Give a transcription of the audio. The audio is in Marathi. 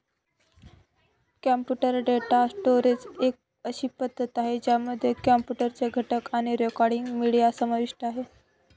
कॉम्प्युटर डेटा स्टोरेज एक अशी पद्धती आहे, ज्यामध्ये कॉम्प्युटर चे घटक आणि रेकॉर्डिंग, मीडिया समाविष्ट आहे